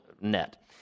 net